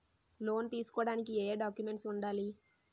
Loan తీసుకోడానికి ఏయే documents వుండాలి?